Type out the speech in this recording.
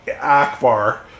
Akbar